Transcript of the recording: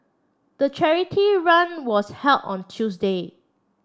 the charity run was held on Tuesday